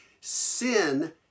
Sin